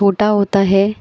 چھوٹا ہوتا ہے